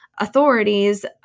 authorities